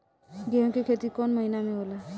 गेहूं के खेती कौन महीना में होला?